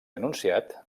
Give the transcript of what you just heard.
anunciat